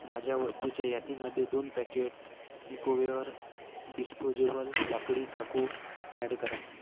माझ्या वस्तूच्या यादीमध्ये दोन पॅकेट इकोवेअर डिस्पोजेबल लाकडी चाकू ॲड करा